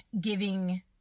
giving